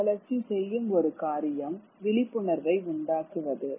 மறுமலர்ச்சி செய்யும் ஒரு காரியம் விழிப்புணர்வை உண்டாக்குவது